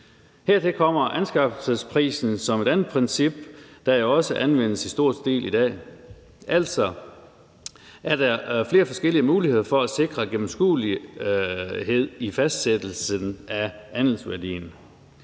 Hertil kommer anskaffelsesprisen som et andet princip, der jo også anvendes i stor stil i dag. Altså er der flere forskellige muligheder for at sikre gennemskuelighed i fastsættelsen af andelsværdien.